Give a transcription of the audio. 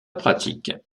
pratique